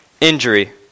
injury